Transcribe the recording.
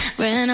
ran